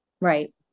Right